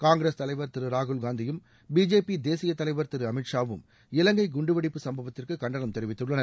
காங்கிரஸ் தலைவர் திரு ராகுல்காந்தியும் பிஜேபி தேசிய தலைவர் திரு அமித் ஷாவும் இலங்கை குண்டுவெடிப்பு சம்பவத்திற்கு கண்டனம் தெரிவித்துள்ளனர்